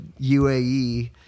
UAE